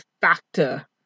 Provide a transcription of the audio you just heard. factor